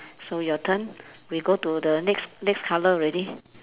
so your turn we go to the next next colour already